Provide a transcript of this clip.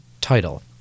title